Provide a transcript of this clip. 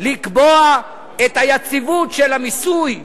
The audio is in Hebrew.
לקבוע את היציבות של המיסוי,